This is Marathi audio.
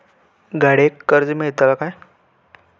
गाडयेक कर्ज मेलतला काय?